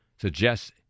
suggests